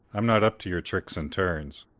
i'm not up to your tricks and turns.